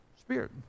Spirit